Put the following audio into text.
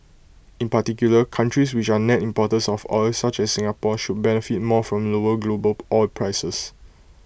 in particular countries which are net importers of oil such as Singapore should benefit more from lower global oil prices